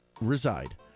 reside